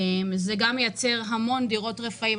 זה מייצר המון דירות רפאים,